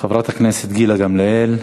חברת הכנסת גילה גמליאל,